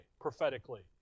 prophetically